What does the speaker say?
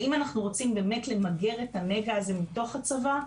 ואם אנחנו רוצים באמת למגר את הנגע הזה מתוך הצבא,